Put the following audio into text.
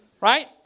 right